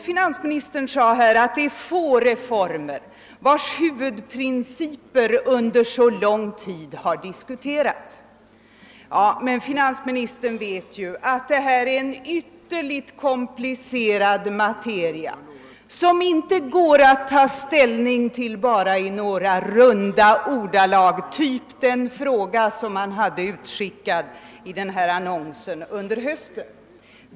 Finansministern sade att det är få reformer vilkas huvudprinciper har diskuterats under så lång tid som denna. Men finansministern vet ju, att detta är en ytterligt komplicerad materia, som det inte går att ta ställning till i några runda ordalag, typ den fråga, som man hade utskickad i den där socialdemokratiska annonsen under hösten.